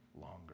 longer